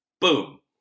Boom